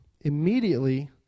immediately